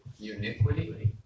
Uniquity